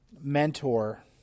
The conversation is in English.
mentor